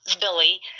Billy